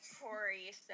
Corey